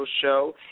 show